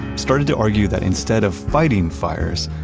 started to argue that instead of fighting fires,